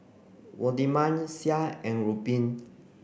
Waldemar Sean and Ruben